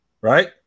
right